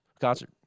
concert